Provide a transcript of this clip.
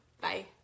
Bye